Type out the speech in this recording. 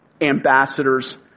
Ambassador's